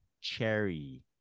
cherry